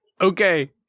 Okay